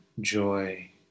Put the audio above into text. joy